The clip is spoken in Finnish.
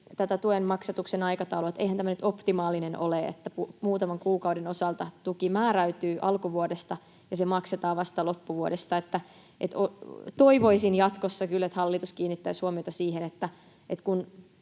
tuen maksatuksen aikataulua: Eihän tämä nyt optimaalinen ole, että muutaman kuukauden osalta tuki määräytyy alkuvuodesta ja se maksetaan vasta loppuvuodesta. Toivoisin jatkossa kyllä, että hallitus kiinnittäisi huomiota siihen, että kun